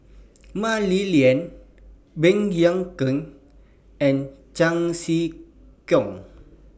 Mah Li Lian Baey Yam Keng and Chan Sek Keong